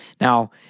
Now